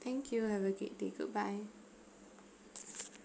thank you have a good day goodbye